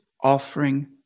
offering